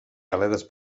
aletes